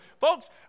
Folks